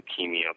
leukemia